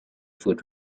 foot